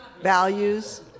Values